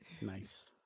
Nice